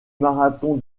marathon